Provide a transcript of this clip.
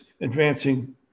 advancing